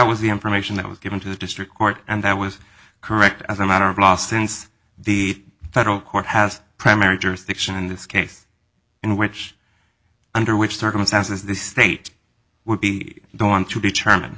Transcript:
was the information that was given to the district court and that was correct as a matter of law since the federal court has primary jurisdiction in this case in which under which circumstances the state would be don't want to determine